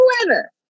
whoever